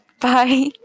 bye